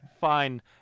Fine